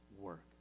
work